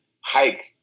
hike